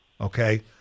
Okay